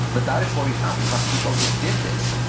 but that is what we found, we found people who did this,